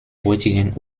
heutigen